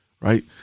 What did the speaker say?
right